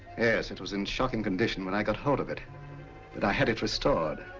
yes, it was in shocking condition when i got hold of it but i had it restored.